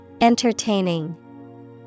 Entertaining